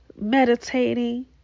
meditating